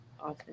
often